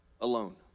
alone